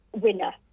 winner